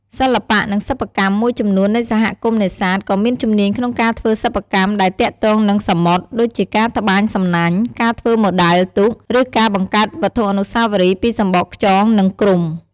សិល្បៈ និងសិប្បកម្ម មួយចំនួននៃសហគមន៍នេសាទក៏មានជំនាញក្នុងការធ្វើសិប្បកម្មដែលទាក់ទងនឹងសមុទ្រ ដូចជាការត្បាញសំណាញ់ ការធ្វើម៉ូដែលទូក ឬការបង្កើតវត្ថុអនុស្សាវរីយ៍ពីសម្បកខ្យង និងគ្រំ។